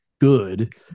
good